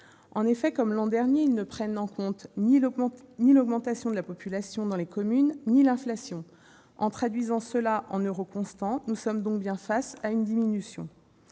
En effet, comme l'an dernier, ils ne prennent en compte ni l'augmentation de la population dans les communes ni l'inflation : en euros constants, nous sommes bien face à une diminution.